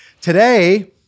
Today